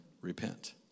repent